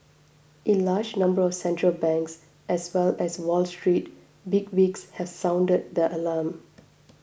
it large number of central banks as well as Wall Street bigwigs have sounded the alarm